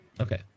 Okay